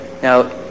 Now